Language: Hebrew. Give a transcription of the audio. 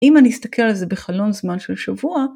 אם אני אסתכל על זה בחלון זמן של שבוע